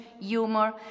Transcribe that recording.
humor